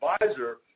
advisor